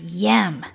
yam